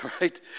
Right